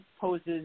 poses